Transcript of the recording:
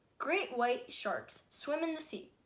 great white sharks swim in the sea.